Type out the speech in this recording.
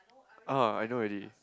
ah I know already